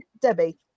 Debbie